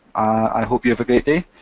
i hope you have a great day.